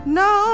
no